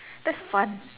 that's fun